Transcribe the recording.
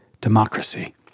democracy